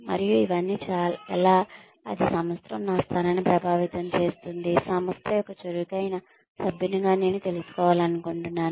మరియు ఇవన్నీ ఎలా అది సంస్థలో నా స్థానాన్ని ప్రభావితం చేస్తుంది సంస్థ యొక్క చురుకైన సభ్యునిగా నేను తెలుసుకోవాలనుకుంటున్నాను